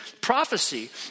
prophecy